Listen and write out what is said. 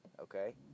Okay